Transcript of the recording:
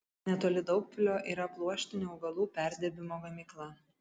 netoli daugpilio yra pluoštinių augalų perdirbimo gamykla